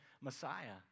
Messiah